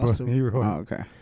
okay